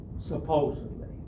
Supposedly